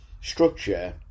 structure